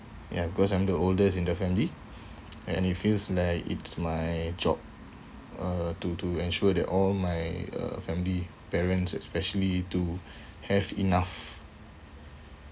ya because I'm the oldest in the family and it feels like it's my job uh to to ensure that all my uh family parents especially to have enough